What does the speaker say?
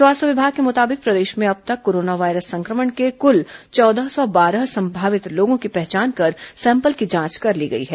स्वास्थ्य विभाग के मुताबिक प्रदेश में अब तक कोरोना वायरस संक्रमण के कुल चौदह सौ बारह संभावित लोगों की पहचान कर सैंपल की जांच कर ली गई है